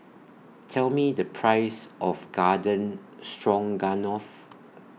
Tell Me The Price of Garden Stroganoff